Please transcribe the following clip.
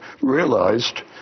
realized